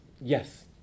Yes